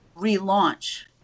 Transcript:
relaunch